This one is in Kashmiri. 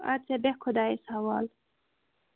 اَدٕ کیٛاہ بیٚہہ خۄدایَس حوالہٕ